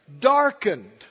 Darkened